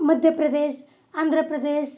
Madhya Pradesh Andhra Pradesh